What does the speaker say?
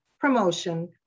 promotion